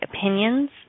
opinions